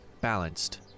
balanced